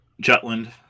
Jutland